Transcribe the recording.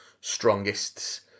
strongest